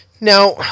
Now